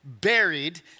buried